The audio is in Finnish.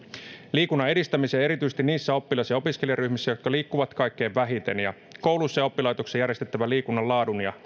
on edistettävä erityisesti niissä oppilas ja opiskelijaryhmissä jotka liikkuvat kaikkein vähiten ja kouluissa ja oppilaitoksissa järjestettävän liikunnan laatua ja